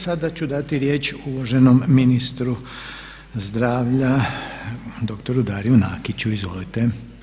Sada ću dati riječ uvaženom ministru zdravlja dr. Dariu Nakiću, izvolite.